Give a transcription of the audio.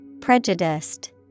Prejudiced